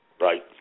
Right